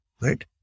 right